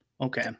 Okay